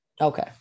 Okay